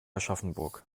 aschaffenburg